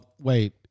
wait